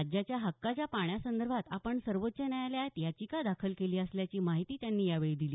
राज्याच्या हक्काच्या पाण्यासंदर्भात आपण सर्वोच्च न्यायालयात याचिका दाखल केली असल्याची माहिती त्यांनी यावेळी दिली